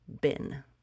bin